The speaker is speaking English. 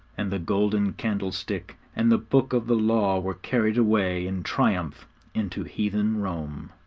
and the golden candlestick and the book of the law were carried away in triumph into heathen rome.